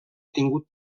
tingut